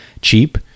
cheap